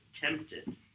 tempted